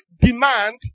demand